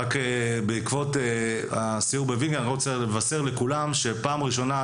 בעקבות הסיור בוינגייט אני רוצה לבשר לכולם שפעם ראשונה,